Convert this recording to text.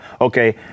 okay